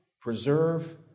preserve